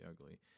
ugly